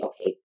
okay